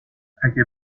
اگه